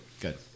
good